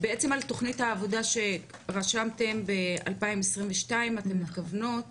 בעצם על תכנית העבודה שרשמתם ב-2022 אתם מכוונות